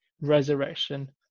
resurrection